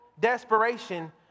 desperation